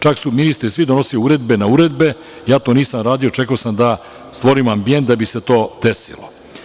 Čak su ministri svi donosili uredbe na uredbe, ja to nisam radio čekao sam da stvorimo ambijent da bi se to desilo.